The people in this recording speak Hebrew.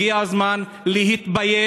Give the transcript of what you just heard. הגיע הזמן להתבייש